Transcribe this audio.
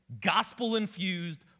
gospel-infused